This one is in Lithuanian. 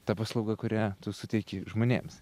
ta paslauga kurią tu suteiki žmonėms